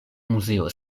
muzeo